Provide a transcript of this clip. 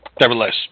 Nevertheless